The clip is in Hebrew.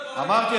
אמרתי,